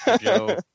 joe